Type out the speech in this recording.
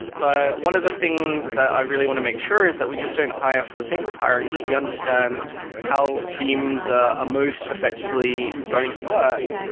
but one of the things that i really want to make sure is that we just don't hire for the sake of hiring, but we understand how teams are ah most effectively going to work,